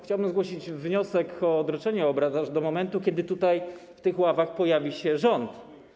Chciałbym zgłosić wniosek o odroczenie obrad aż do momentu, kiedy tutaj, w tych ławach pojawi się rząd.